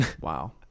wow